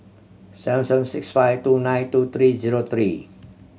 seven seven six five two nine two three zero three